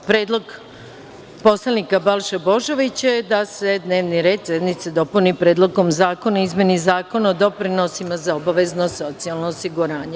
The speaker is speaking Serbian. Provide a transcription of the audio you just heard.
Predlog poslanika Balše Božovića je da se dnevni red sednice dopuni Predlogom zakona izmeni zakona o doprinosima za obavezno socijalno osiguranje.